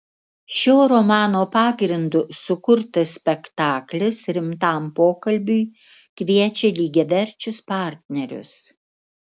šio romano pagrindu sukurtas spektaklis rimtam pokalbiui kviečia lygiaverčius partnerius